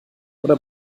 oder